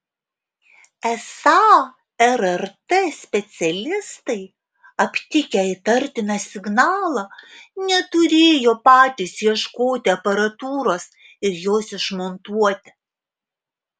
esą rrt specialistai aptikę įtartiną signalą neturėjo patys ieškoti aparatūros ir jos išmontuoti